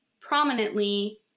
prominently